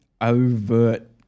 overt